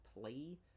play